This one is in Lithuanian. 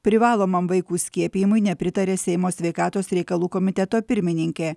privalomam vaikų skiepijimui nepritarė seimo sveikatos reikalų komiteto pirmininkė